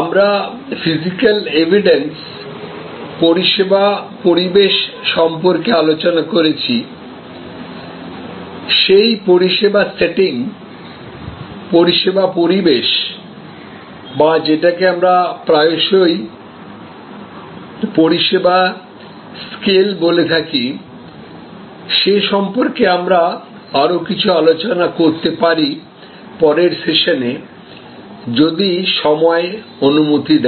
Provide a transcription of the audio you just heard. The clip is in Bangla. আমরা ফিজিক্যাল এভিডেন্স পরিষেবা পরিবেশ সম্পর্কে আলোচনা করেছি সেই পরিষেবা সেটিং পরিষেবা পরিবেশ বা যেটাকে আমরা প্রায়শই পরিষেবা স্কেল বলে থাকি সে সম্পর্কে আমরা আরও কিছুটা আলোচনা করতে পারি পরের সেশনে যদি সময় অনুমতি দেয়